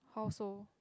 household